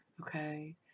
okay